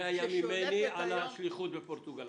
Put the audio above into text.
זה היה ממני על השליחות בפורטוגל.